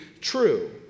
true